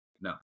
No